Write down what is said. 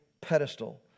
pedestal